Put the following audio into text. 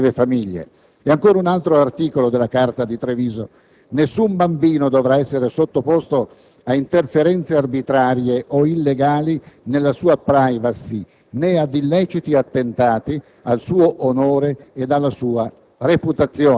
pensiamo a quei bambini inseriti nel difficile contesto delle rispettive famiglie. Ancora un altro articolo della carta di Treviso dice: «Nessun bambino dovrà essere sottoposto a interferenze arbitrarie o illegali nella sua *privacy*